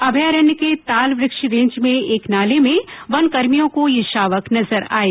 अभ्यारण के ताल वृक्ष रेंज में एक नाले में वन कर्मियों को ये शावक नजर आये